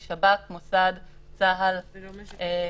שב"כ, מוסד, צה"ל --- והמשטרה.